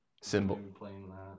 symbol